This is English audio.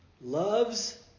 loves